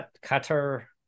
cutter